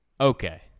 okay